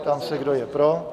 Ptám se, kdo je pro?